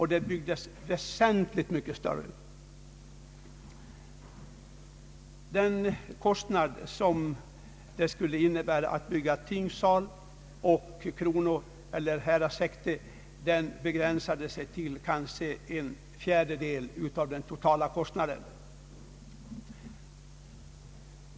Huset byggdes väsentligt mycket större än vad som var nödvändigt för domstolsverksamheten. Kostnaden för byggandet av tingssal och kronohäkte begränsade sig till kanske en fjärdedel av den totala kostnaden.